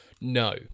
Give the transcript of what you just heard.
No